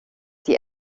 die